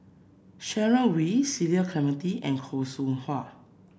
Sharon Wee Cecil Clementi and Khoo Seow Hwa